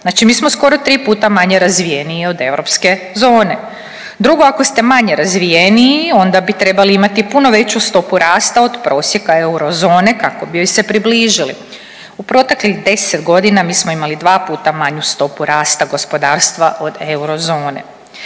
Znači mi smo skoro 3 puta manje razvijeniji od europske zone. Drugo, ako ste manje razvijeniji, onda bi trebali imati puno veću stopu rasta od prosjeka eurozone kao bi joj se približili. U proteklih 10 godina mi smo imali 2 puta manju stopu rasta gospodarstva od eurozone.